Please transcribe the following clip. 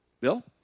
Bill